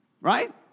Right